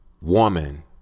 woman